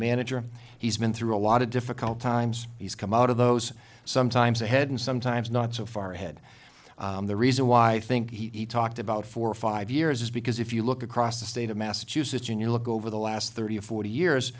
manager he's been through a lot of difficult times he's come out of those sometimes ahead and sometimes not so far ahead the reason why i think he talked about four or five years is because if you look across the state of massachusetts when you look over the last thirty or forty